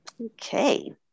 Okay